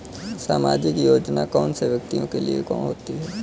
सामाजिक योजना कौन से व्यक्तियों के लिए होती है?